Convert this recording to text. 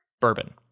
bourbon